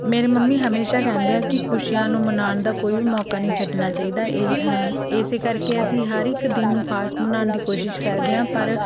ਮੇਰੇ ਮੰਮੀ ਹਮੇਸ਼ਾਂ ਕਹਿੰਦੇ ਆ ਕਿ ਖੁਸ਼ੀਆਂ ਨੂੰ ਮਨਾਉਣ ਦਾ ਕੋਈ ਵੀ ਮੌਕਾ ਨਹੀਂ ਛੱਡਣਾ ਚਾਹੀਦਾ ਏ ਇਸ ਕਰਕੇ ਅਸੀਂ ਹਰ ਇੱਕ ਦਿਨ ਨੂੰ ਖਾਸ ਬਣਾਉਣ ਦੀ ਕੋਸ਼ਿਸ਼ ਕਰਦੇ ਹਾਂ ਪਰ